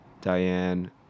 Diane